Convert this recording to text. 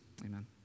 amen